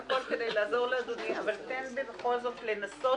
אני אעשה הכול כדי לעזור לאדוני אבל תן לי בכל זאת לנסות